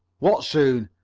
what soon?